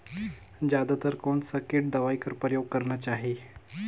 जादा तर कोन स किट दवाई कर प्रयोग करना चाही?